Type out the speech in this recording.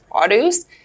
produce